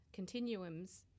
continuums